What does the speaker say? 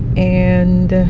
and